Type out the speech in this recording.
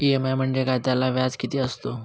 EMI म्हणजे काय? त्याला व्याज किती असतो?